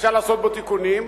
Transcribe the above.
אפשר לעשות בו תיקונים,